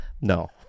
No